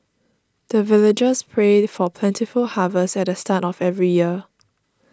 the villagers prayed for plentiful harvest at the start of every year